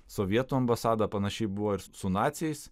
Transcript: sovietų ambasada panašiai buvo ir su naciais